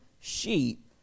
sheep